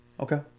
Okay